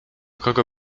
kogo